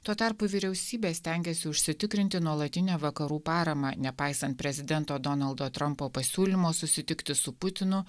tuo tarpu vyriausybė stengiasi užsitikrinti nuolatinę vakarų paramą nepaisant prezidento donaldo trampo pasiūlymo susitikti su putinu